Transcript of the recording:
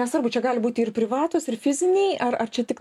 nesvarbu čia gali būti ir privatūs ir fiziniai ar ar čia tik